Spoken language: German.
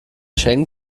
schengen